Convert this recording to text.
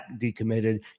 decommitted